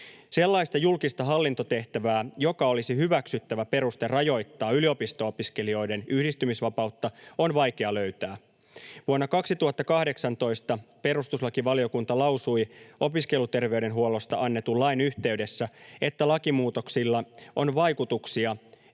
Sellaista julkista hallintotehtävää, joka olisi hyväksyttävä peruste rajoittaa yliopisto-opiskelijoiden yhdistymisvapautta, on vaikea löytää. Vuonna 2018 perustuslakivaliokunta lausui opiskeluterveydenhuollosta annetun lain yhteydessä, että lakimuutoksilla on vaikutuksia